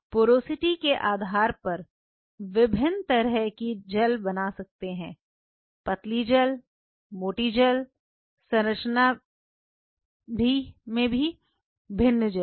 porosity के आधार पर विभिन्न तरह की जेल बना सकते हैं पतली जेल मोटी जेल संरचना में भी भिन्न जेल